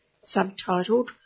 subtitled